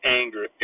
anger